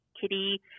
Kitty